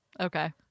Okay